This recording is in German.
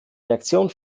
reaktion